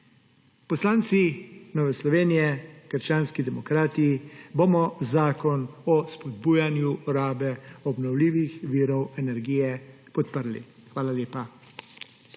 Poslanci Nove Slovenije – krščanskih demokratov bomo zakon o spodbujanju rabe obnovljivih virov energije podprli. Hvala lepa.